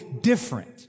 different